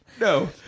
No